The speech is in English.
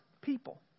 people